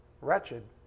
wretched